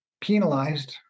penalized